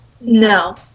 No